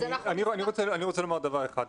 אני רוצה לומר דבר אחד.